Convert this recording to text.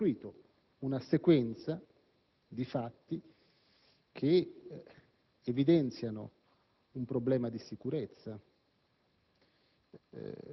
costruito una sequenza di fatti che evidenziano un problema di sicurezza.